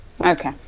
Okay